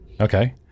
Okay